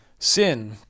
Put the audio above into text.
sin